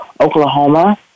Oklahoma